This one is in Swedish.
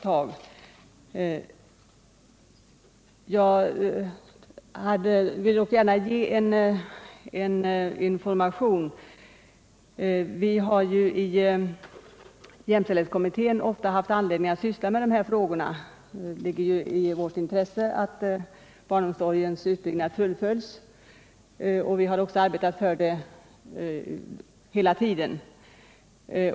Jag vill bara lämna en liten information. Det är så att vi i jämställdhetskommittén ofta har haft anledning att syssla med dessa frågor. Det ligger ju i vårt intresse att barnomsorgens utbyggnad fullföljs. Vi har också hela tiden arbetat för det.